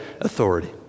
authority